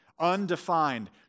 Undefined